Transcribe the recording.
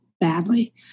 badly